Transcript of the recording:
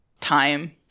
time